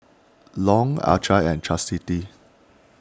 Long Alcie and Chasity